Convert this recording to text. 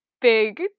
big